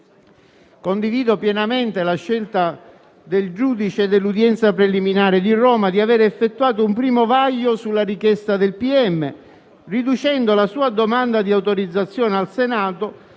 Condivido pienamente la scelta del giudice dell'udienza preliminare di Roma di aver effettuato un primo vaglio sulla richiesta del pubblico ministero, riducendo la sua domanda di autorizzazione al Senato